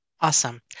Awesome